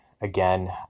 Again